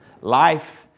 life